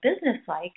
business-like